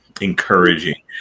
encouraging